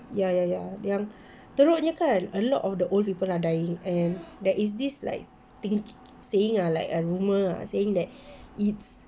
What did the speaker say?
ya ya ya yang teruknya kan a lot of the old people are dying and there's this like thinking saying like a rumour ah saying that it's